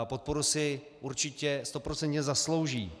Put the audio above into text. Podporu si určitě stoprocentně zaslouží.